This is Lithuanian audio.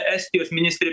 estijos ministrė